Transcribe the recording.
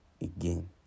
again